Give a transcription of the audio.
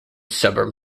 suburb